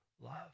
love